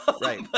right